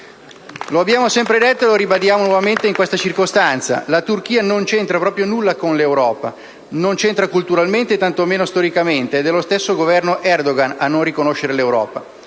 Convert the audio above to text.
Lo abbiamo sempre detto e lo ribadiamo nuovamente in questa circostanza: la Turchia non c'entra proprio nulla con l'Europa. Non c'entra culturalmente. E tanto meno storicamente. Ed è lo stesso Governo Erdogan a non riconoscere l'Europa.